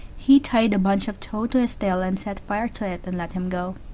he tied a bunch of tow to his tail and set fire to it and let him go.